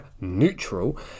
neutral